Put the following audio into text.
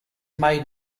made